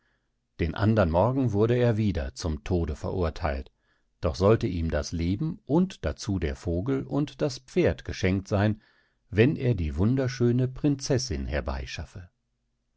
den andern morgen wurde er wieder zum tode verurtheilt doch sollte ihm das leben und dazu der vogel und das pferd geschenkt seyn wenn er die wunderschöne prinzessin herbeischaffe